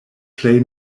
plej